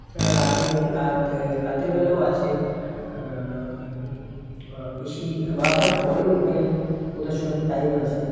আর রাতে রাত রাতের বেলাও আছে বেশি বারোটার পরেও এখানে প্রদর্শনের টাইম আছে